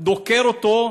דוקר אותו.